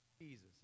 Jesus